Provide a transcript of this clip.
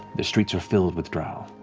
the streets are filled with drow.